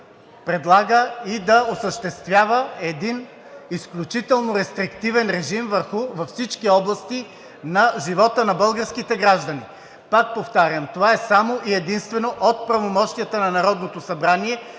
и да осъществява един изключително рестриктивен режим във всички области на живота на българските граждани. Пак повтарям, това е само и единствено от правомощията на Народното събрание